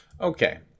Okay